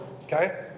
okay